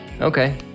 Okay